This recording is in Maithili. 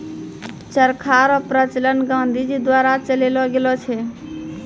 चरखा रो प्रचलन गाँधी जी द्वारा चलैलो गेलो छै